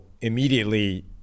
immediately